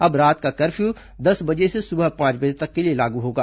अब रात का कर्फ्यू दस बजे से सुबह पांच बजे तक के लिए लागू होगा